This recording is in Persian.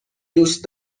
دوست